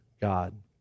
God